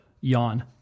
yawn